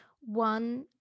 One